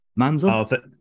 Manzo